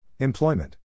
Employment